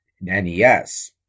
NES